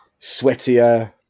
sweatier